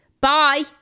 bye